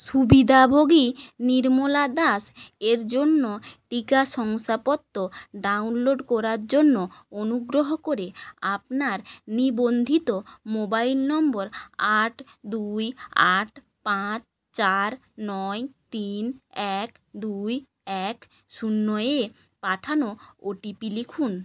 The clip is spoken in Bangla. সুবিধাভোগী নির্মলা দাস এর জন্য টিকা শংসাপত্র ডাউনলোড করার জন্য অনুগ্রহ করে আপনার নিবন্ধিত মোবাইল নম্বর আট দুই আট পাঁচ চার নয় তিন এক দুই এক শূন্যয় পাঠানো ওটিপি লিখুন